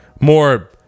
More